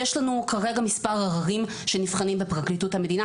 יש לנו כרגע מספר עררים שנבחנים בפרקליטות המדינה,